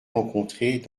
rencontrés